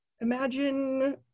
Imagine